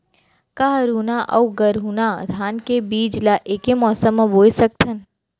का हरहुना अऊ गरहुना धान के बीज ला ऐके मौसम मा बोए सकथन?